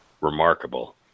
remarkable